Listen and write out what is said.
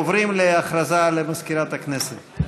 אנחנו עוברים להודעה למזכירת הכנסת.